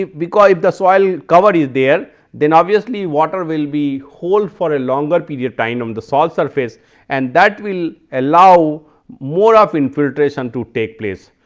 if we call if the soil cover is there then obviously, water will be whole for a longer period time on um the soil surface and that will allow more of infiltration to take place.